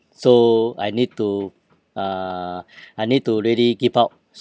so I need to uh I need to really give up